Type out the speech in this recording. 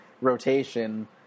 rotation